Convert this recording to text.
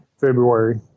February